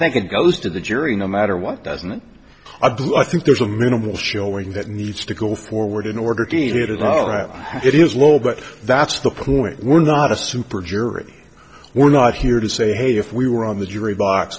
think it goes to the jury no matter what doesn't i blow i think there's a minimal showing that needs to go forward in order to get it all right it is low but that's the point we're not a super jury we're not here to say hey if we were on the jury box